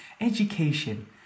Education